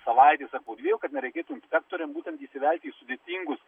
savaitės ar po dviejų kad nereikėtų inspektoriam būtent įsivelti į sudėtingus